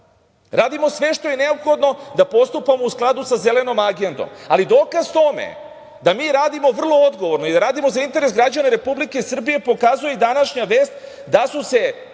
Radimo sve što je neophodno da postupamo u skladu sa Zelenom agendom. Ali, dokaz tome da mi radimo vrlo odgovorno i da radimo za interes građana Republike Srbije pokazuje i današnja vest da su se